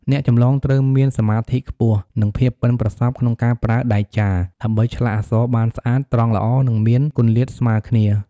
អ្នកចម្លងត្រូវមានសមាធិខ្ពស់ និងភាពប៉ិនប្រសប់ក្នុងការប្រើដែកចារ ដើម្បីឆ្លាក់អក្សរបានស្អាត ត្រង់ល្អ និងមានគម្លាតស្មើគ្នា។